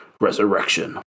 Resurrection